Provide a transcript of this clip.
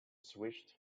switched